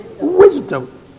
Wisdom